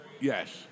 Yes